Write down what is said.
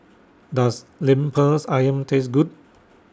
Does Lemper's Ayam Taste Good